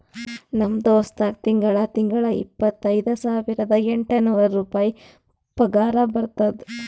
ನಮ್ ದೋಸ್ತ್ಗಾ ತಿಂಗಳಾ ತಿಂಗಳಾ ಇಪ್ಪತೈದ ಸಾವಿರದ ಎಂಟ ನೂರ್ ರುಪಾಯಿ ಪಗಾರ ಬರ್ತುದ್